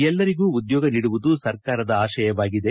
ಎಲ್ಲರಿಗೂ ಉದ್ಯೋಗ ನೀಡುವುದು ಸರ್ಕಾರದ ಆಶಯವಾಗಿದೆ